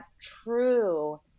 true